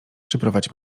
przyprowadź